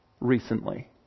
recently